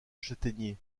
chataignier